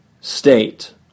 state